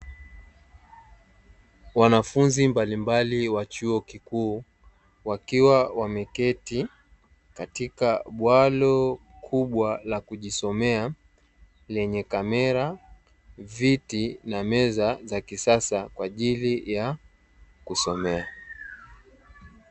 Wanafunzi mbalimbali wa chuo kikuu wakiwa wameketi katika bwalo kubwa, la kujisomea lenye kamera, viti na meza za kisasa kwa ajili ya kujisomea.